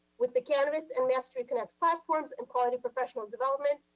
with the canvas and masteryconnect platforms and quality professional development,